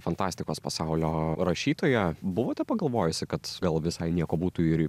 fantastikos pasaulio rašytoja buvote pagalvojusi kad gal visai nieko būtų ir